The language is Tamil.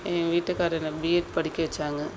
என் வீட்டுக்காரர் என்னை பிஎட் படிக்க வைச்சாங்க